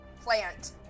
plant